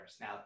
Now